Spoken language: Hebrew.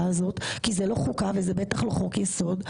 הזאת כי זאת לא חוקה וזה בטח לא חוק יסוד,